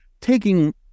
taking